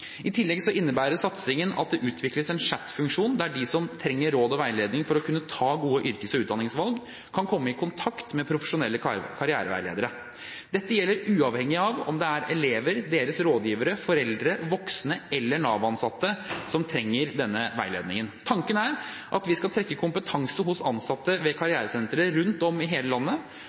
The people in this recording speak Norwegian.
I tillegg innebærer satsingen at det utvikles en chattefunksjon der de som trenger råd og veiledning for å kunne ta gode yrkes- og utdanningsvalg, kan komme i kontakt med profesjonelle karriereveiledere. Dette gjelder uavhengig av om det er elever, deres rådgivere, foreldre, voksne eller Nav-ansatte som trenger denne veiledningen. Tanken er at vi skal trekke på kompetansen hos ansatte ved karrieresentre rundt om i hele landet,